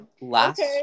last